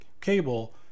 cable